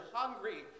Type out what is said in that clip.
hungry